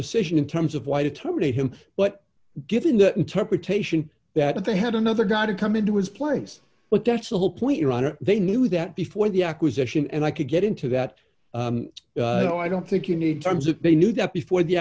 decision in terms of why to terminate him but given that interpretation that they had another guy to come into his place but that's the whole point your honor they knew that before the acquisition and i could get into that no i don't think you need terms of they knew that before the